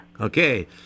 Okay